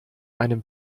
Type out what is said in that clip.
einem